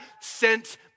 sent